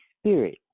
Spirit